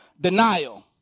Denial